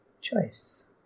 choice